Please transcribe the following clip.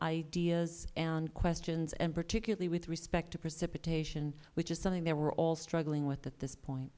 ideas and questions and particularly with respect to precipitation which is something that we are all struggling with at this point